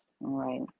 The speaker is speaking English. right